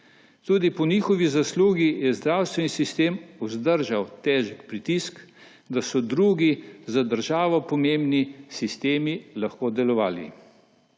Tudi po njihovi zaslugi je zdravstveni sistem vzdržal težak pritisk, da so drugi, za državo pomembni, sistemi lahko delovali.